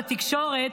בתקשורת,